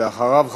ואחריו,